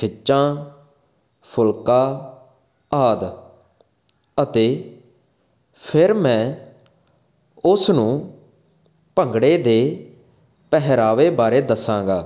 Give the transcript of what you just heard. ਖਿੱਚਾਂ ਫੁਲਕਾ ਆਦ ਅਤੇ ਫਿਰ ਮੈਂ ਉਸ ਨੂੰ ਭੰਗੜੇ ਦੇ ਪਹਿਰਾਵੇ ਬਾਰੇ ਦੱਸਾਂਗਾ